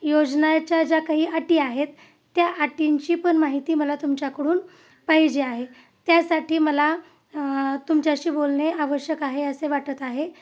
योजनाच्या ज्या काही अटी आहेत त्या अटींची पण माहिती मला तुमच्याकडून पाहिजे आहे त्यासाठी मला तुमच्याशी बोलणे आवश्यक आहे असे वाटत आहे